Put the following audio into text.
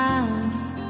ask